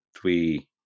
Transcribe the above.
three